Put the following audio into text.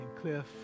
Cliff